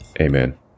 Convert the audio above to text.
Amen